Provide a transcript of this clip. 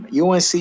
UNC